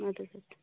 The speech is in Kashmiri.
اَدٕ حظ اَدٕ حظ